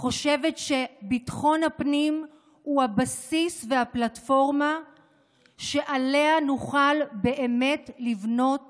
אני חושבת שביטחון הפנים הוא הבסיס והפלטפורמה שעליה נוכל באמת לבנות